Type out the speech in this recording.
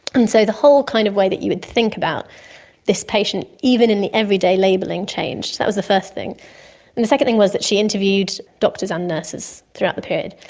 and so the whole kind of way that you would think about this patient even in everyday labelling change, that was the first thing. and the second thing was that she interviewed doctors and nurses throughout the period.